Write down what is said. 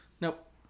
Nope